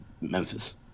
Memphis